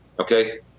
okay